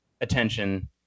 attention